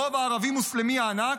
הרוב הערבי המוסלמי הענק,